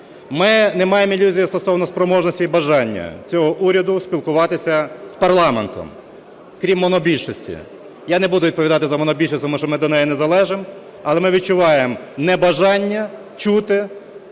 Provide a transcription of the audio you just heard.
Ми не маємо ілюзій стосовно спроможності і бажання цього уряду спілкуватися з парламентом. Крім монобільшості. Я не буду відповідати за монобільшість, тому що ми до неї не належимо, але ми відчуваємо небажання чути,